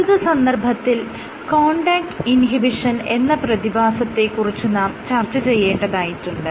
പ്രസ്തുത സന്ദർഭത്തിൽ contact inhibition എന്ന പ്രതിഭാസത്തെ കുറിച്ച് നാം ചർച്ച ചെയ്യേണ്ടതായിട്ടുണ്ട്